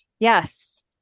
yes